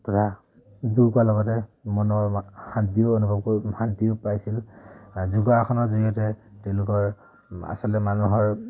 তথা যোগা কৰাৰ লগতে মনৰ শান্তিও অনুভৱ কৰিব শান্তিও পাইছিল যোগাসনৰ জৰিয়তে তেওঁলোকৰ আচলতে মানুহৰ